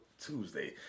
tuesday